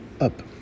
up